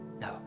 No